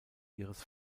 ihres